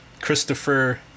Christopher